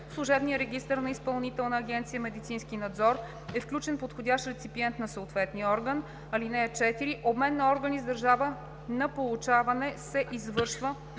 служебния регистър на Изпълнителна агенция „Медицински надзор“ е включен подходящ реципиент на съответния орган. (4) Обмен на органи с държава на получаване се извършва